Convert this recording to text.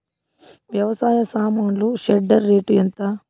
వ్యవసాయ సామాన్లు shredder rate ఎంత?